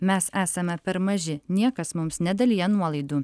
mes esame per maži niekas mums nedalija nuolaidų